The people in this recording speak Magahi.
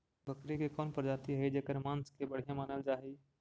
बकरी के कौन प्रजाति हई जेकर मांस के बढ़िया मानल जा हई?